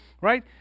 Right